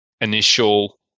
initial